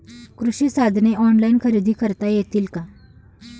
कृषी साधने ऑनलाइन खरेदी करता येतील का?